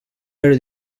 però